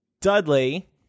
Dudley